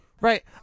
right